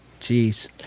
jeez